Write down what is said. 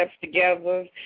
together